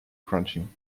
crunching